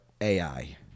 AI